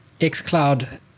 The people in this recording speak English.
xCloud